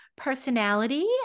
personality